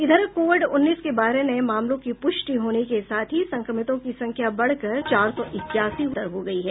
इधर कोविड उन्नीस के पंन्द्रह नये मामलों की पुष्टि होने के साथ ही संक्रमितों की संख्या बढ़कर चार सौ इक्यासी हो गयी है